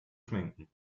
schminken